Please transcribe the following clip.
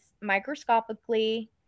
microscopically